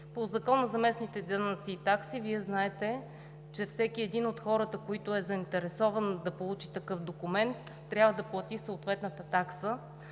По Закона за местните данъци и такси, Вие знаете, че всеки един от хората, който е заинтересован да получи такъв документ, трябва да плати съответната такса.